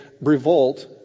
revolt